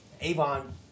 Avon